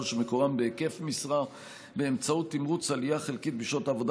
שמקורם בהיקף משרה באמצעות תמרוץ עלייה חלקית בשעות העבודה